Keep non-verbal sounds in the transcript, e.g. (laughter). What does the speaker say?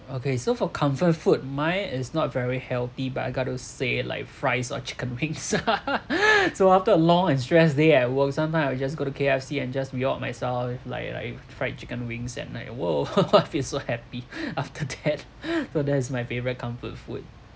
okay so for comfort food mine is not very healthy but I got to say like fries or chicken wings (laughs) so after a long and stressed day at work sometime I'll just go to K_F_C and just reward myself like like fried chicken wings at night !whoa! (laughs) I feel so happy (laughs) after that (laughs) so that's my favourite comfort food